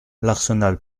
l’arsenal